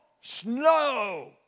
snow